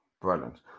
brilliant